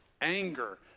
anger